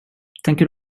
tänker